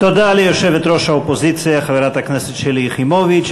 תודה ליושבת-ראש האופוזיציה חברת הכנסת שלי יחימוביץ.